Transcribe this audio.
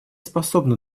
способно